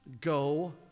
Go